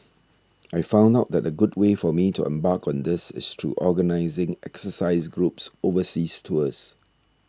I found out that a good way for me to embark on this is through organising exercise groups overseas tours